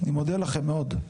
אני מודה לכם מאוד.